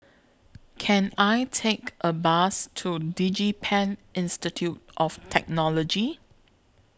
Can I Take A Bus to Digipen Institute of Technology